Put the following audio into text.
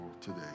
today